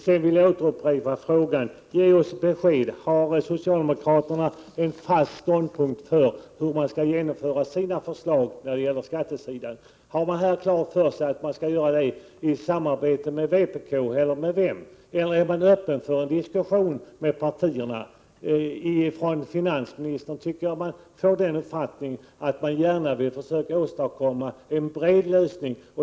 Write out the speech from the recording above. Sedan vill jag upprepa: Ge oss besked! Har socialdemokraterna en fast ståndpunkt när det gäller hur de skall genomföra sina förslag på skattesidan? Har man klart för sig att man skall göra detta i samarbete med vpk eller med vem? Är man öppen för en diskussion med partierna? Av vad finansministern sagt har jag fått den uppfattningen att man gärna vill försöka åstadkomma en bred lösning.